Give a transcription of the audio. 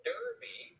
Derby